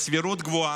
בסבירות גבוהה,